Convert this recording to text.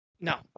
No